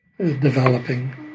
developing